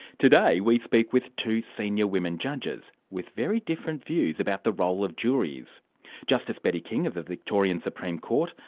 today we speak with two senior women judges with very different views about the role of juries justice betty king of the victorian supreme court,